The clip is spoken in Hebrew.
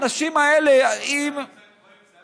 אם היו באים, זה היה משנה?